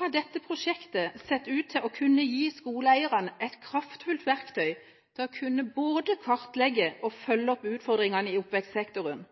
har dette prosjektet sett ut til å kunne gi skoleeierne et kraftfullt verktøy til å kunne både kartlegge og følge opp utfordringene i oppvekstsektoren